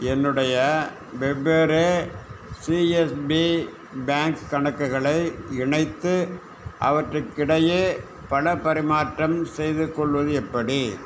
என்னுடைய வெவ்வேறு CSP bank கணக்குகளை இணைத்து அவற்றுக்கிடையே பணப் பரிமாற்றம் செய்து கொள்வது எப்படி